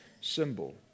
symbol